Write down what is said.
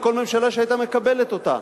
לכל ממשלה שהיתה מקבלת אותה.